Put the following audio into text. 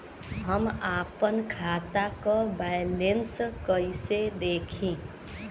हम आपन खाता क बैलेंस कईसे देखी?